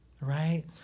right